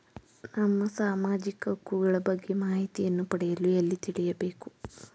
ನಮ್ಮ ಸಾಮಾಜಿಕ ಹಕ್ಕುಗಳ ಬಗ್ಗೆ ಮಾಹಿತಿಯನ್ನು ಪಡೆಯಲು ಎಲ್ಲಿ ತಿಳಿಯಬೇಕು?